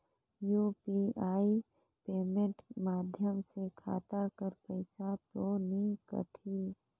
UPI payment माध्यम से खाता कर पइसा तो नी कटही?